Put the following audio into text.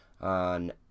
on